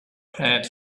had